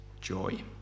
joy